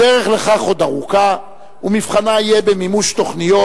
הדרך לכך עוד ארוכה, ומבחנה יהיה במימוש תוכניות,